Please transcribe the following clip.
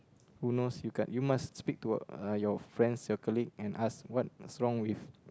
who knows you can't you must speak to a uh your friends your colleague and us what's wrong with